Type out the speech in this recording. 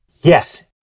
Yes